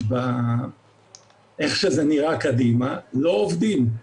איך שזה נראה קדימה, לא עובדים.